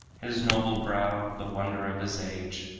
his noble brow, the wonder of his age,